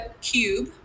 cube